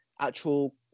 actual